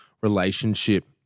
relationship